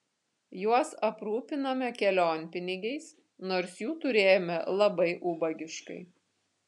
juos aprūpinome kelionpinigiais nors jų turėjome labai ubagiškai